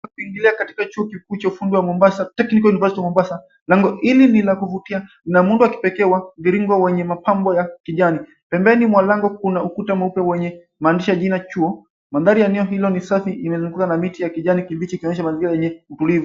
Mazingira katika chuo kikuu cha ufundi wa Mombasa Technical University of Mombasa lango hili ni la kuvutia lina muundo wa kipeke wa mviringo wenye mapambo ya kijani. Pembeni mwa lango kuna ukuta mweupe wenye maandishi ya jina chuo. Mandhari ya eneo hilo ni safi imezingirwa na miti ya kijani kibichi ikionyesha mazingira yenye utulivu